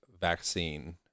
vaccine